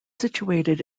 situated